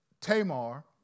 Tamar